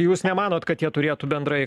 jūs nemanot kad jie turėtų bendrai